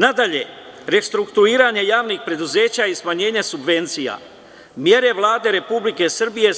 Nadalje, restrukturiranje javnih preduzeća i smanjenje subvencija, merama Vlade Republike Srbije